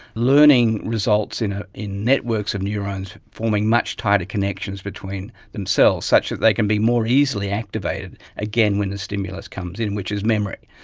learning results in ah in networks of neurons forming much tighter connections between themselves, such that they can be more easily activated again when a stimulus comes in, which is memory.